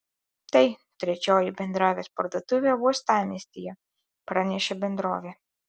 tai trečioji bendrovės parduotuvė uostamiestyje pranešė bendrovė